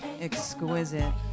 exquisite